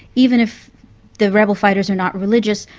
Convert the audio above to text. even if the rebel fighters are not religious,